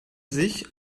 sich